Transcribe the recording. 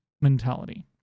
mentality